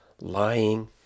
lying